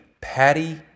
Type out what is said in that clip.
Patty